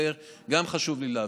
את זה גם חשוב לי להבהיר.